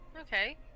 okay